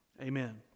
Amen